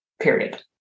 period